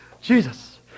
Jesus